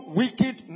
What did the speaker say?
wicked